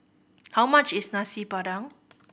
how much is Nasi Padang